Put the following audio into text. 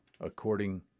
according